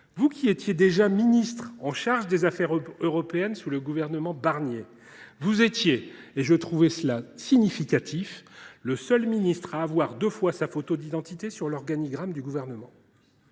Vous qui étiez déjà ministre chargé des affaires européennes sous le gouvernement Barnier, vous étiez, et j’avais trouvé cela significatif, le seul ministre à avoir deux fois votre photo sur l’organigramme du Gouvernement